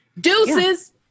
Deuces